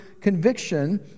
conviction